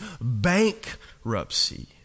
bankruptcy